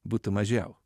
būtų mažiau